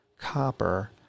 copper